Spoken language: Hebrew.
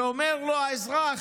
שאומר לו האזרח: